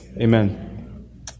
amen